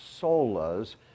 Solas